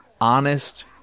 honest